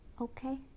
okay